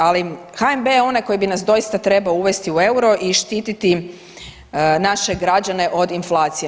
Ali HNB je onaj koji bi nas doista trebao uvesti u euro i štititi naše građane od inflacije.